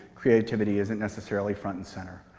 creativity isn't necessarily front and center.